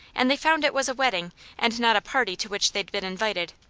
and they found it was a wedding and not a party to which they'd been invited.